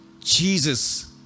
Jesus